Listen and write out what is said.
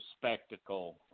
spectacle